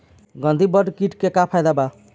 गंधी बग कीट के का फायदा बा?